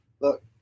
look